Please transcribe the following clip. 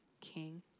King